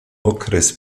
okres